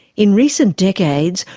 in recent decades,